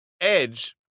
edge